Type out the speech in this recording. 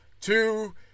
Two